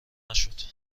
نشد